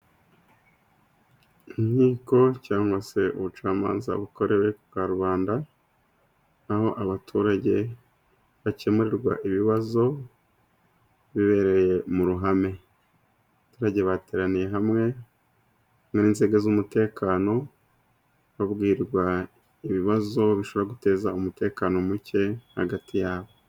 Inkiko cyangwa se ubucamanza bukorewe ku karubanda aho abaturage bakemurirwa ibibazo bibereye mu ruhame. Abaturage bateraniye hamwe n'inzego z'umutekano babwirwa ibibazo bishobora guteza umutekano muke hagati yabo.